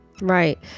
Right